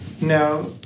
Now